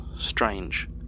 strange